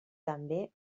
també